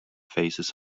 faces